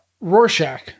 Rorschach